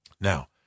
Now